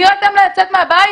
אני לא אתן להם לצאת מהבית?